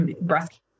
breast